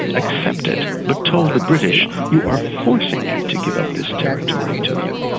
accepted, but told the british, you are forcing me to give up this territory to you,